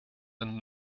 and